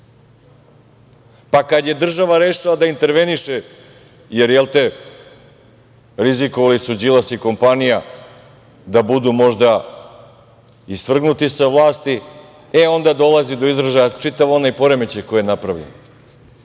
Kad je država rešila da interveniše, jer rizikovali su Đilas i kompanija da budu možda i svrgnuti sa vlasti, e onda dolazi do izražaja čitav onaj poremećaj koji je napravljen.